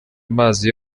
amazi